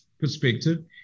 perspective